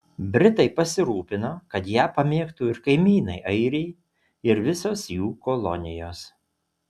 britai pasirūpino kad ją pamėgtų ir kaimynai airiai ir visos jų kolonijos